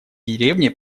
деревни